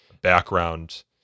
background